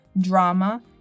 drama